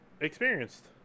experienced